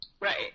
Right